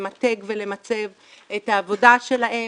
למתג ולמצב את העבודה שלהם,